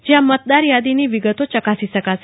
જયાંમતદારયાદીની વિગતો ચકાસીશકાશે